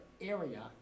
area